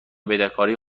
بدهکاری